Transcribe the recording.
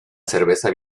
cerveza